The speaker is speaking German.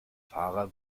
fahrer